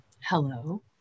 Hello